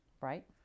Right